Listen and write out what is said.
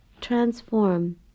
transform